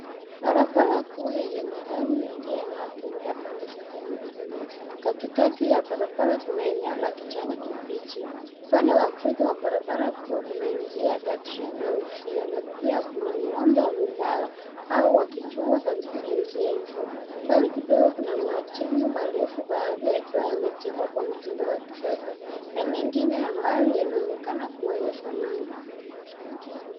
Barabara kuu yenye magari yanayotembea pande zote mbili. Katikati ya barabara kuna eneo la kijani kibichi. Upande wa kushoto wa barabara kuu kuna njia za treni na uzio, na pia kuna ngombe wamelala au wakichungwa karibu na njia hizo. Mbali kidogo, kuna majengo marefu, baadhi yakiwa yamejengwa kwa mtindo wa kisasa na mengine ambayo yanaonekana kuwa ni ya zamani.